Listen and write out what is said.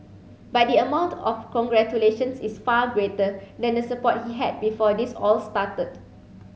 but the amount of congratulations is far greater than the support he had before this all started